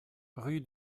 rue